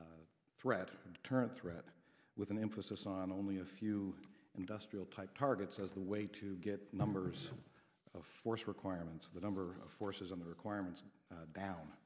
threat turned threat with an emphasis on only a few industrial type targets as a way to get numbers of force requirements of the number of forces on the requirements down